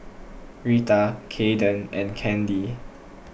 Reta Kaeden and Kandi